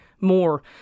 more